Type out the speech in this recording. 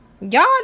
y'all